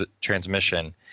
transmission